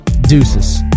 Deuces